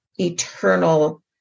eternal